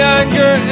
anger